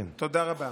תודה רבה.